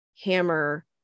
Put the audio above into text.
hammer